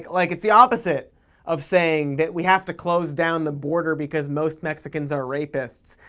like, it's the opposite of saying that we have to close down the border because most mexicans are rapists,